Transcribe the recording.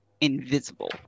invisible